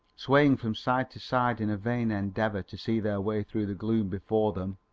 swaying from side to side in a vain endeavour to see their way through the gloom before them,